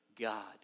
God